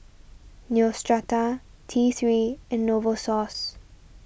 Neostrata T three and Novosource